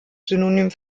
synonym